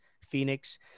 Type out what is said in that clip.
Phoenix